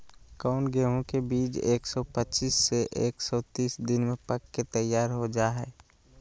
कौन गेंहू के बीज एक सौ पच्चीस से एक सौ तीस दिन में पक के तैयार हो जा हाय?